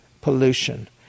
pollution